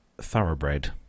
thoroughbred